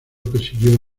persiguió